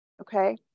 Okay